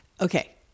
Okay